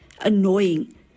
annoying